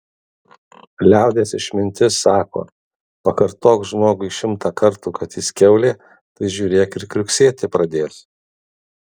liaudies išmintis sako pakartok žmogui šimtą kartų kad jis kiaulė tai žiūrėk ir kriuksėti pradės